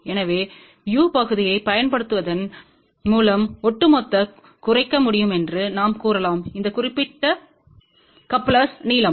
எனவே u பகுதியைப் பயன்படுத்துவதன் மூலம் ஒட்டுமொத்தமாக குறைக்க முடியும் என்று நாம் கூறலாம் இந்த குறிப்பிட்ட கப்லெர்ஸ்ன் நீளம்